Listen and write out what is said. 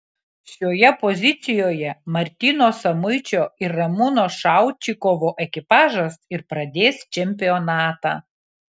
šioje pozicijoje martyno samuičio ir ramūno šaučikovo ekipažas ir pradės čempionatą